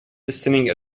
listening